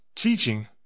teaching